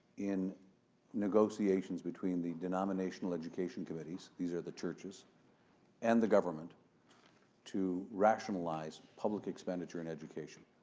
in negotiations between the denominational education committees these are the churches and the government to rationalize public expenditure in education.